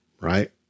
right